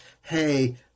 hey